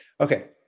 Okay